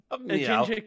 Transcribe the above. Meow